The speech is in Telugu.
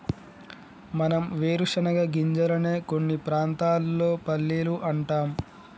మనం వేరుశనగ గింజలనే కొన్ని ప్రాంతాల్లో పల్లీలు అంటాం